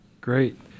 Great